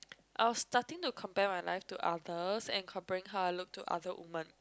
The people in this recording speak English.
I'll starting to compare my life to others and comparing how I look to other woman